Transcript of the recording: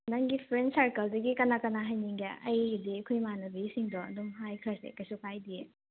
ꯅꯪꯒꯤ ꯐ꯭ꯔꯦꯟ ꯁꯔꯀꯜꯗꯒꯤ ꯀꯅꯥ ꯀꯅꯥ ꯍꯥꯏꯅꯤꯡꯒꯦ ꯑꯩꯒꯤꯗꯤ ꯑꯩꯈꯣꯏ ꯏꯃꯥꯟꯅꯕꯤꯁꯤꯡꯗꯣ ꯑꯗꯨꯝ ꯍꯥꯏꯈ꯭ꯔꯁꯦ ꯀꯩꯁꯨ ꯀꯥꯏꯗꯤꯌꯦ